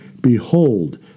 Behold